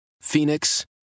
Phoenix